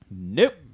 Nope